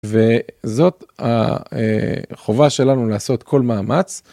וזאת החובה שלנו לעשות כל מאמץ.